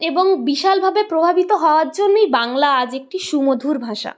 এবং বিশালভাবে প্রভাবিত হওয়ার জন্যই বাংলা আজ একটি সুমধুর ভাষা